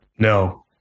No